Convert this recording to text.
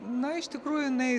na iš tikrųjų jinai